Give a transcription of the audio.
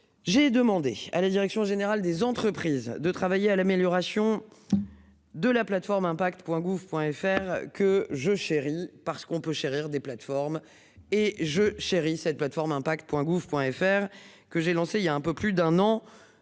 J'ai demandé à la direction générale des entreprises de travailler à l'amélioration. De la plateforme impact Point gouv Point FR que je chéris parce qu'on peut chérir des plateformes et je chéris cette plateforme impact Point gouv Point FR que j'ai lancé il y a un peu plus d'un an.